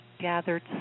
gathered